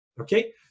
Okay